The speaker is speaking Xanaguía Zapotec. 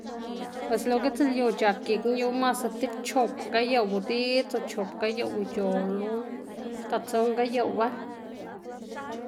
bos lo gitslyu c̲h̲ak gikná yu mase ti c̲h̲op gayoꞌw diꞌdz o chop gayoꞌw ic̲h̲olu xta tson gayoꞌwa.